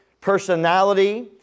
personality